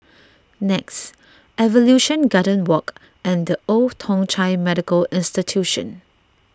Nex Evolution Garden Walk and the Old Thong Chai Medical Institution